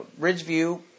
Ridgeview